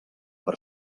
per